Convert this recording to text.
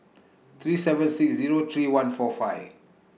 three seven six Zero three one four five